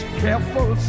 careful